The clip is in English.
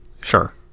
Sure